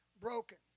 broken